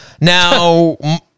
Now